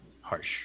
Harsh